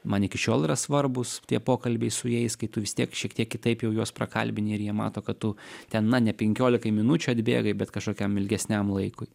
man iki šiol yra svarbūs tie pokalbiai su jais kai tu vis tiek šiek tiek kitaip jau juos prakalbini ir jie mato kad tu ten na ne penkiolikai minučių atbėgai bet kašokiam ilgesniam laikui